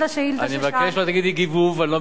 אני מבקש שלא תגידי גיבוב, אני לא מגבב.